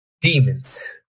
Demons